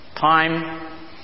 time